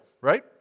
right